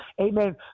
amen